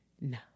No